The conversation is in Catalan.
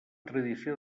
tradició